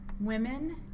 Women